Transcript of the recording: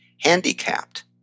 handicapped